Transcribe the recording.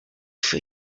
for